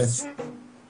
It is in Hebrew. קודם כול.